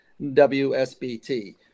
WSBT